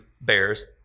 bears